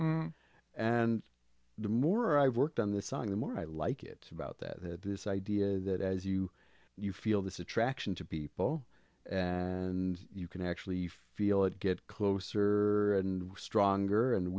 and the more i've worked on the song the more i like it about that this idea that as you you feel this attraction to people and you can actually feel it get closer and stronger and